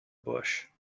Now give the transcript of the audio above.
bush